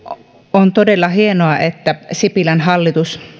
on todella hienoa että sipilän hallitus